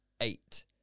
eight